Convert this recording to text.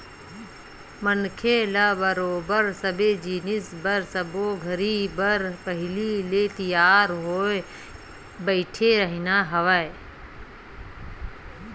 मनखे ल बरोबर सबे जिनिस बर सब्बो घरी बर पहिली ले तियार होय बइठे रहिना हवय